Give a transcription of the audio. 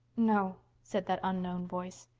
no, said that unknown voice.